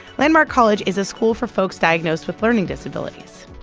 landmark college is a school for folks diagnosed with learning disabilities.